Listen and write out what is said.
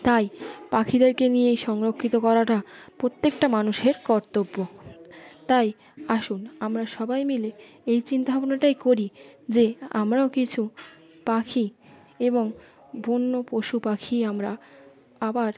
তাই পাখিদেরকে নিয়ে এই সংরক্ষিত করাটা প্রত্যেকটা মানুষের কর্তব্য তাই আসুন আমরা সবাই মিলে এই চিন্তাভাবনাটাই করি যে আমরাও কিছু পাখি এবং বন্য পশু পাখি আমরা আবার